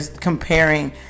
comparing